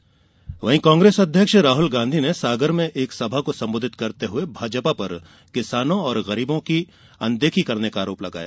राहुल वहीं कांग्रेस अध्यक्ष राहुल गांधी ने सागर में एक सभा को संबोधित करते हुये भाजपा पर किसानों और गरीबों की अनदेखी का आरोप लगाया